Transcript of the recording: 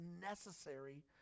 necessary